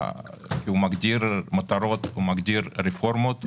הוא מגדיר מטרות, רפורמות ומסגרת.